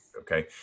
okay